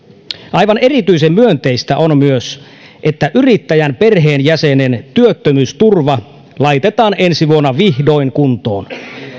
aivan erityisen myönteistä on myös että yrittäjän perheenjäsenen työttömyysturva laitetaan ensi vuonna vihdoin kuntoon